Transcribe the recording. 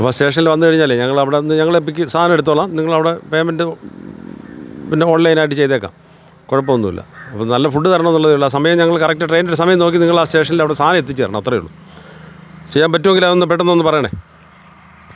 അപ്പോൾ സ്റ്റേഷനിൽ വന്നു കഴിഞ്ഞാലേ ഞങ്ങൾ അവിടുന്ന് ഞങ്ങൾ പിക്കി സാധനം എടുത്തോളാം നിങ്ങൾ അവിടെ പേമെൻറ്റ് പിന്നെ ഓൺലൈനായിട്ട് ചെയ്തേക്കാം കൊഴപ്പം ഒന്നും ഇല്ല അപ്പോൾ നല്ല ഫുഡ് തരണമെന്നുള്ളതേ ഉള്ളൂ ആ സമയം ഞങ്ങള് കറക്റ്റ് ട്രെയിനിൻ്റെ സമയം നോക്കി നിങ്ങൾ ആ സ്റ്റേഷനിൽ സാധനം എത്തിച്ച് തരണം അത്രയേ ഉള്ളൂ ചെയ്യാൻ പറ്റുമെങ്കിൽ അതൊന്ന് പെട്ടന്നൊന്ന് പറയണേ